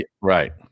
Right